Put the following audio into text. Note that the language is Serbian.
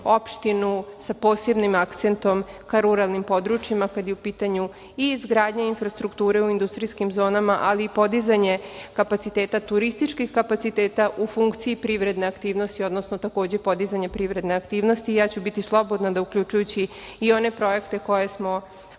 opštinu sa posebnim akcentom ka ruralnim područjima, kada je u pitanju i izgradnja infrastrukture u industrijskim zonama, ali i podizanje kapaciteta turističkih kapaciteta u funkciji privredne aktivnosti, odnosno takođe podizanje privredne aktivnosti. Ja ću biti slobodna da uključujući i one projekte koje smo odobrili